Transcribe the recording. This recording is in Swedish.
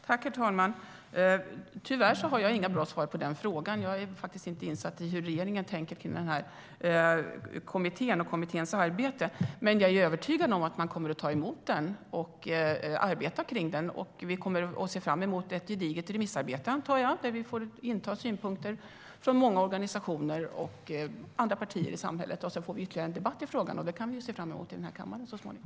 Herr talman! Tyvärr har jag inga bra svar på den frågan - jag är faktiskt inte insatt i hur regeringen tänker kring kommittén och kommitténs arbete. Jag är dock övertygad om att man kommer att ta emot utredningen och arbeta kring den. Jag antar att vi kommer att se fram emot ett gediget remissarbete där vi får in synpunkter från många organisationer och andra partier i samhället. Sedan får vi ytterligare en debatt i frågan, och det kan vi ju se fram emot i kammaren så småningom.